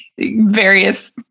various